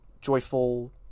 joyful